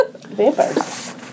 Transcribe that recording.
Vampires